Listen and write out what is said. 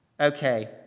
Okay